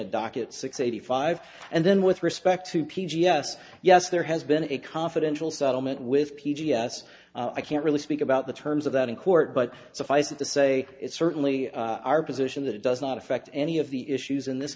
a docket six eighty five and then with respect to p g yes yes there has been a confidential settlement with p d s i can't really speak about the terms of that in court but suffice it to say it's certainly our position that it does not affect any of the issues in this